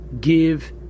give